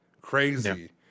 Crazy